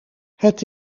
het